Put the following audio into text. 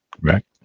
Right